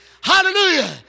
hallelujah